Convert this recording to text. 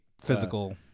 physical